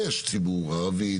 יש הרבה מאוד עבודה שנעשית גם ב-IT,